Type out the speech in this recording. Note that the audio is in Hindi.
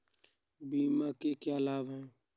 बीमा के क्या लाभ हैं?